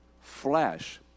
flesh